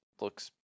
looks